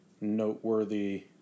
noteworthy